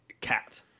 cat